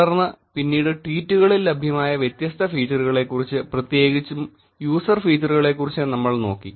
തുടർന്ന് പിന്നീട് ട്വീറ്റുകളിൽ ലഭ്യമായ വ്യത്യസ്ത ഫീച്ചറുകളെക്കുറിച്ച് പ്രത്യേകിച്ച് യൂസർ ഫീച്ചറുകളെക്കുറിച്ച് നമ്മൾ നോക്കി